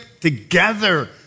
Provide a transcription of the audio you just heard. together